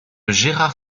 gérard